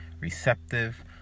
receptive